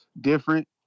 different